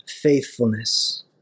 faithfulness